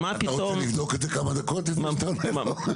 אתה רוצה לבדוק את זה כמה דקות לפני שאתה עונה לו?